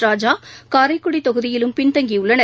ராசா காரைக்குடி தொகுதியிலும் பின்தங்கியுள்ளனர்